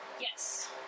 Yes